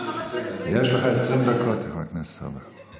יש לך 20 דקות, חבר הכנסת סובה.